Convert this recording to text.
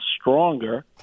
stronger